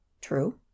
True